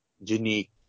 unique